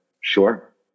sure